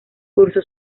cursó